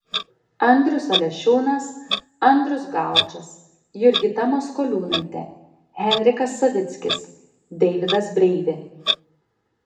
andrius alešiūnas andrius gaučas jurgita maskoliūnaitė henrikas savickis deividas breivė